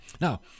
Now